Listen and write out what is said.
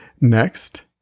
Next